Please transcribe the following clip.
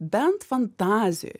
bent fantazijoj